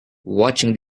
watching